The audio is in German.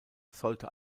sollte